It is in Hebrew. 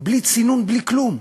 בלי צינון, בלי כלום.